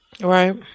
Right